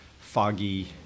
foggy